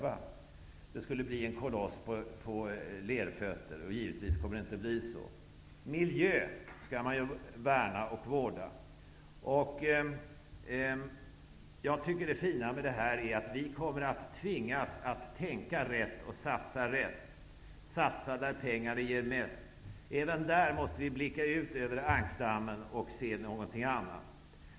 Det skulle bli en koloss på lerfötter. Det kommer givetvis inte att bli så. Miljön skall man värna och vårda, och det fina med det här är att vi kommer att tvingas att tänka rätt och att satsa rätt, där pengarna ger mest. Även där måste vi blicka ut över ankdammen och se någonting annat.